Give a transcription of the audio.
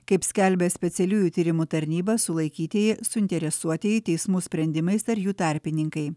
kaip skelbia specialiųjų tyrimų tarnyba sulaikytieji suinteresuotieji teismų sprendimais ar jų tarpininkai